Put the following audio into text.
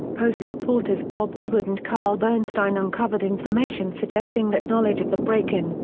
post reporters bob woodward and carl bernstein uncovered information suggesting that knowledge of the break-in,